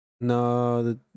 No